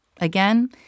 Again